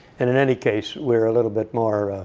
and in any case, we're a little bit more